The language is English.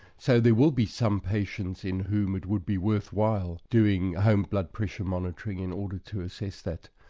so there will be some patients in whom it would be worthwhile doing home blood pressure monitoring in order to assess that.